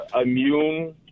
immune